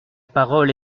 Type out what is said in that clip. parole